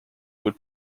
would